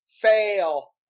Fail